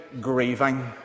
grieving